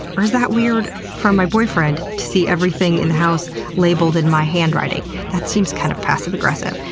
or is that weird for my boyfriend, to see everything in the house labeled in my handwriting? that seems kind of passive aggressive.